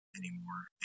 anymore